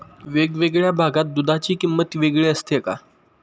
वेगवेगळ्या भागात दूधाची किंमत वेगळी असते का?